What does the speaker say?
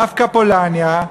דווקא פולניה,